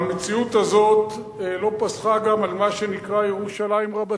המציאות הזאת לא פסחה גם על מה שנקרא "ירושלים רבתי".